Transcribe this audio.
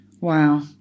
Wow